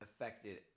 affected